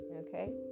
Okay